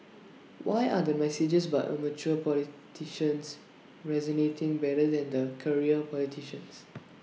why are the messages by amateur politicians resonating better than the career politicians